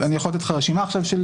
אני יכול לתת רשימה עכשיו.